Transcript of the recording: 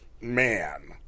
man